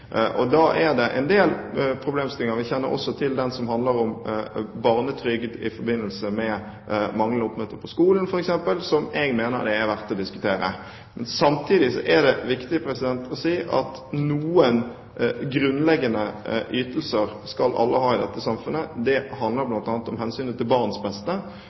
og da er det en del problemstillinger. Vi kjenner også til den som handler om barnetrygd i forbindelse med manglende oppmøte på skolen, f.eks., som jeg mener det er verdt å diskutere. Samtidig er det viktig å si at noen grunnleggende ytelser skal alle ha i dette samfunnet. Det handler bl.a. om hensynet til barns beste,